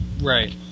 Right